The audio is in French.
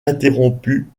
interrompu